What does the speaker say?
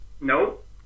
Nope